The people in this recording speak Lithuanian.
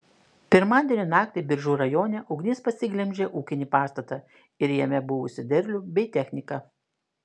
pirmadienio naktį biržų rajone ugnis pasiglemžė ūkinį pastatą ir jame buvusį derlių bei techniką